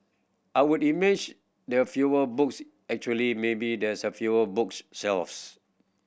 I would imagine there fewer books actually maybe there's fewer books shelves